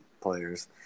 players